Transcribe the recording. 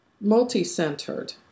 multi-centered